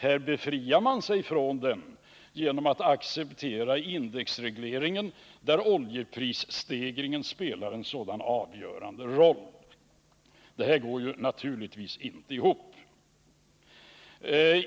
Här befriar man sig från den kostnaden genom att acceptera indexregleringen, där oljeprisstegringen spelar en sådan avgörande roll. Men detta går ju naturligtvis inte ihop.